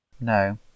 no